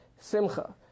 simcha